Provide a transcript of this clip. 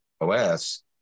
OS